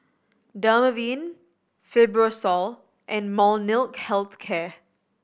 Dermaveen Fibrosol and Molnylcke Health Care